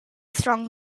strong